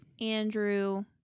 Andrew